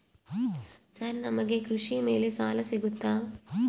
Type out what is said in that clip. Sir ನಮಗೆ ಕೃಷಿ ಮೇಲೆ ಸಾಲ ಸಿಗುತ್ತಾ?